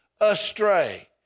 astray